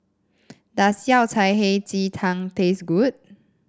does Yao Cai Hei Ji Tang taste good